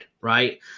right